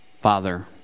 Father